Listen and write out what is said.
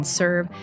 serve